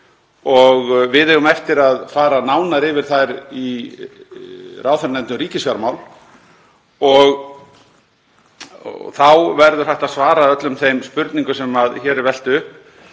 Við eigum eftir að fara nánar yfir þær í ráðherranefnd um ríkisfjármál og þá verður hægt að svara öllum þeim spurningum sem hér er velt upp